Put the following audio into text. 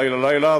לילה לילה,